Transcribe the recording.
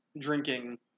drinking